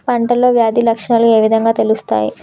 పంటలో వ్యాధి లక్షణాలు ఏ విధంగా తెలుస్తయి?